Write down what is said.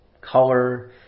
color